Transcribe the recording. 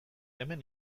hemen